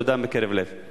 תודה מקרב לב.